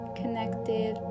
connected